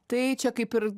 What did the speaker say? tai čia kaip ir